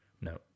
No